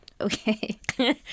Okay